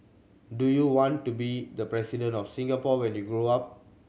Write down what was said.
do you want to be the President of Singapore when you grow up